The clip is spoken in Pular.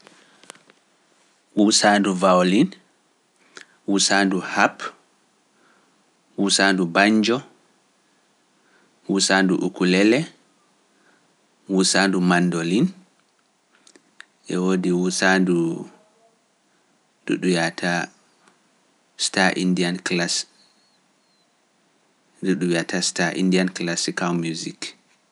Usandu vawolin, usandu hap, usandu banjo, usandu ukulele, usandu mandolin, e woodi usandu ɗuɗɗo yata Star Indian Class, ɗuɗɗo yata Star Indian Classical Music.